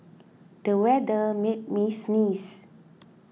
the weather made me sneeze